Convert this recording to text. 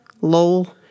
lol